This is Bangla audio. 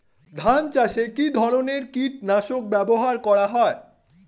ধান চাষে কী ধরনের কীট নাশক ব্যাবহার করা হয়?